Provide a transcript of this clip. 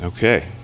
Okay